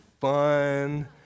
fun